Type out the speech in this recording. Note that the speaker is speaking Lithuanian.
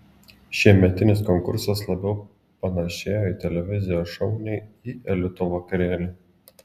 šiemetinis konkursas labiau panašėjo į televizijos šou nei į elito vakarėlį